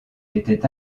était